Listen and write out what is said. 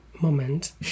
moment